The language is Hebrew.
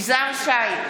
אדוני היושב-ראש.